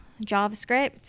JavaScript